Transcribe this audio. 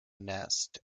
nest